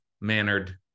mannered